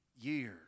Years